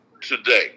today